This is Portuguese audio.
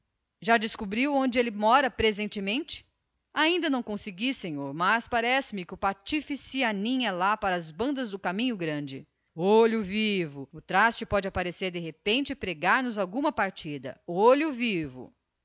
já descobriu onde ele mora presentemente ainda não consegui não senhor mas quer me parecer que o patife se aninha lá pras bandas do caminho grande olho vivo o traste pode surgir de repente e pregar nos alguma partida olho vivo